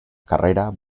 carrera